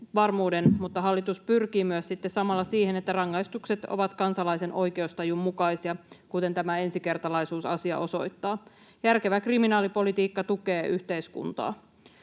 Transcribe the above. mutta hallitus pyrkii myös sitten samalla siihen, että rangaistukset ovat kansalaisen oikeustajun mukaisia, kuten tämä ensikertalaisuusasia osoittaa. Järkevä kriminaalipolitiikka tukee yhteiskuntaa.